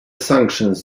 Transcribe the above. sanctions